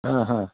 हा हा